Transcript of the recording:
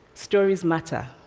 stories matter.